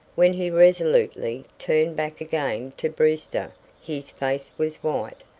when he resolutely turned back again to brewster his face was white,